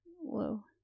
whoa